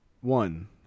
One